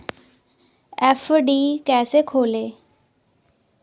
FD कैसे खोलें?